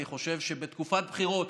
אני חושב שבתקופת בחירות,